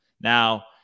now